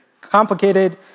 complicated